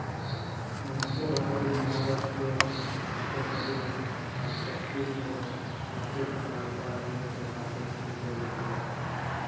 মইধ্য ভারতের মহারাস্ট্র, মইধ্যপদেস অ ছত্তিসগঢ়ে বাঁসের চাস হয় মুলত কাগজ সিল্পের লাগ্যে